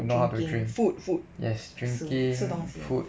drinking food food sian 吃东西